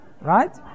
right